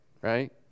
right